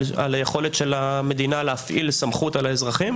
על יכולת המדינה להפעיל סמכות על האזרחים